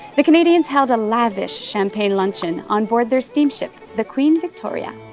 the canadians held a lavish champagne luncheon on board their steamship, the queen victoria.